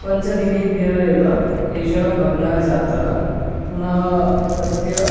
पञ्चदिनेभ्यः एव एषः भग्नः जातः पुनः तस्य